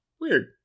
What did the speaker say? weird